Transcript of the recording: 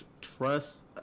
trust